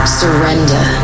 surrender